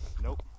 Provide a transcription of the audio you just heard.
nope